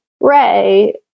Ray